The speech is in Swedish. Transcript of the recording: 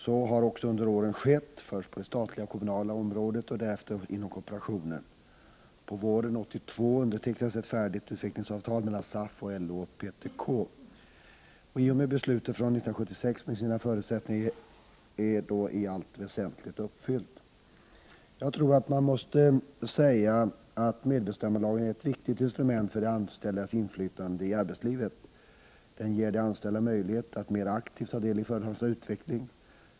Så har också skett under åren, först på de statliga och kommunala områdena och därefter inom kooperationen. På våren 1982 undertecknades också ett färdigt utvecklingsavtal mellan SAF och LO/PTK. I och med det är beslutet från 1976 med sina förutsättningar i allt väsentligt uppfyllt. Jag tror att man måste säga att medbestämmandelagen är ett viktigt instrument för de anställdas inflytande i arbetslivet. Den ger de anställda möjlighet att mer aktivt ta del i företagets utveckling.